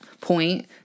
point